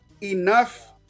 enough